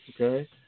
okay